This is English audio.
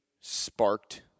sparked